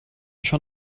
schon